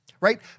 right